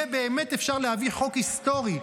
יהיה באמת אפשר להביא חוק היסטורי.